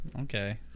Okay